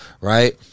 Right